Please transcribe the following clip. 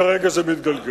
כרגע זה מתגלגל.